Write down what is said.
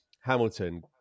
Hamilton